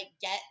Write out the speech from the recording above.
get